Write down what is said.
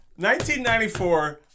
1994